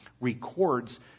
records